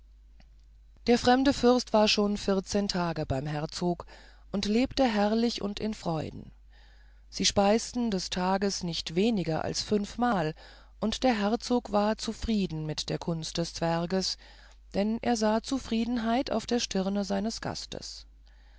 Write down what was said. der fremde fürst war schon tage beim herzog und lebte herrlich und in freuden sie speisten des tages nicht weniger als fünfmal und der herzog war zufrieden mit der kunst des zwerges denn er sah zufriedenheit auf der stirne seines gastes